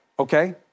Okay